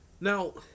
now